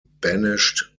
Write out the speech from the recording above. banished